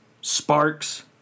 sparks